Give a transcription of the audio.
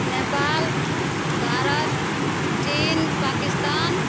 नेपाल भारत चीन पाकिस्तान